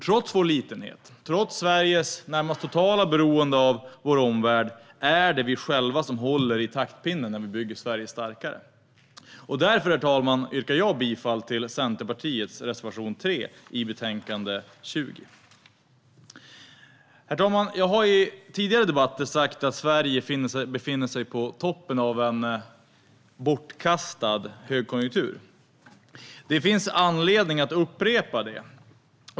Trots vår litenhet, trots Sveriges närmast totala beroende av vår omvärld, är det vi själva som håller i taktpinnen när vi bygger Sverige starkare. Herr talman! Jag yrkar därför bifall till Centerpartiets reservation 3 i betänkande FiU20. Herr talman! Jag har i tidigare debatter sagt att Sverige befinner sig på toppen av en bortkastad högkonjunktur. Det finns anledning att upprepa det.